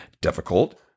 difficult